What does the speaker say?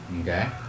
Okay